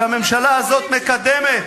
שהממשלה הזאת מקדמת.